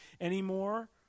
anymore